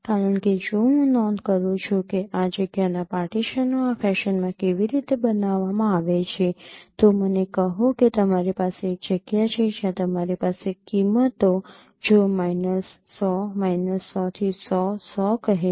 કારણ કે જો હું નોંધ કરું છું કે આ જગ્યાના પાર્ટીશનો આ ફેશનમાં કેવી રીતે બનાવવામાં આવે છે તો મને કહો કે તમારી પાસે એક જગ્યા છે જ્યાં તમારી પાસે કિંમતો જો માઇનસ ૧૦૦ માઇનસ ૧૦૦ થી ૧૦૦ ૧૦૦ કહે છે